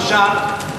למשל,